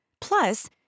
Plus